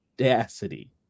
audacity